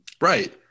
Right